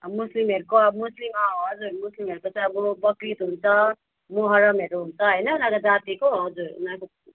मुस्लिमहरूको अब मुस्लिम अँ हजुर मुस्लिमहरूको चाहिँ अब बकरिद हुन्छ मोहरमहरू हुन्छ होइन उनीहरूको जातिको हजुर उनीहरूको